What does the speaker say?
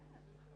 לאן זה הולך,